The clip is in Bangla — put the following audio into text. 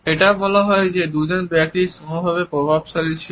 এটাও বলা হয় যে যখন দুজন ব্যক্তি সমানভাবে প্রভাবশালী ছিল